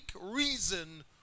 reason